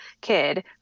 kid